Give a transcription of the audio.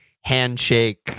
handshake